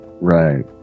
Right